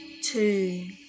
Two